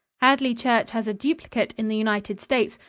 hadley church has a duplicate in the united states,